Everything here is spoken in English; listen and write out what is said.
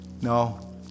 No